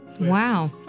Wow